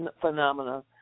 phenomena